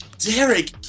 Derek